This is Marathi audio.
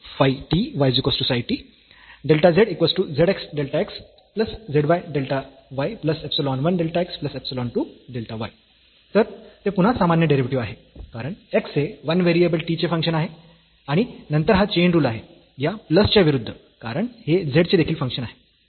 zf x y xϕ yψ Δ zzx Δ x z y Δ y ϵ1 Δx ϵ2 Δ y तर ते पुन्हा सामान्य डेरिव्हेटिव्ह आहे कारण x हे 1 व्हेरिएबल t चे फंक्शन आहे आणि नंतर हा चेन रुल आहे या प्लस च्या विरुद्ध कारण हे z चे देखील फंक्शन आहे